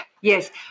yes